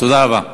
תודה רבה.